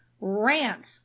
Rants